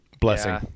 Blessing